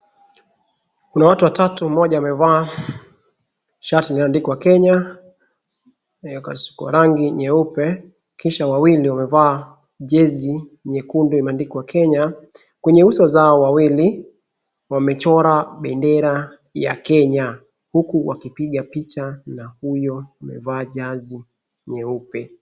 Kuna watu watatu mmoja amevaa shati limeandikwa Kenya kwa rangi nyeupe kisha wawili wamevaa jezi nyekundu limeandikwa Kenya. Kwenye uso zao hao wawili wamechora bendera ya Kenya huku wakipiga picha na huyo amevaa jazi nyeupe.